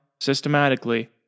systematically